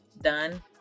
done